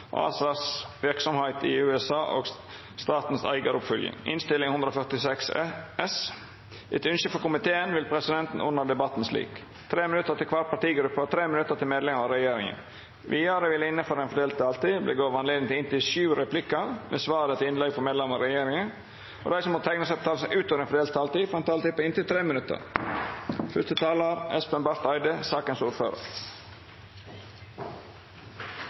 til medlemer av regjeringa. Vidare vil det – innanfor den fordelte taletida – verta gjeve høve til replikkordskifte på inntil sju replikkar med svar etter innlegg frå medlemer av regjeringa, og dei som måtte teikna seg på talarlista utover den fordelte taletida, får også ei taletid på inntil 3 minutt.